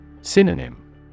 Synonym